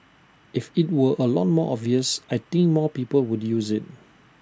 if IT were A lot more obvious I think more people would use IT